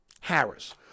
Harris